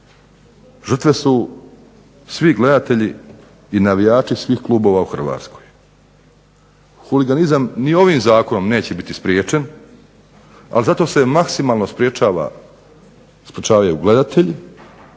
Žrtve su svi gledatelji i navijači svih klubova u Hrvatskoj. Huliganizam ni ovim zakonom neće biti spriječen, ali zato se maksimalno sprečavaju gledatelji,